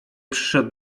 przyszedł